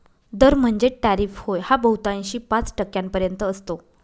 दर म्हणजेच टॅरिफ होय हा बहुतांशी पाच टक्क्यांपर्यंत असतो